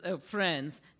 friends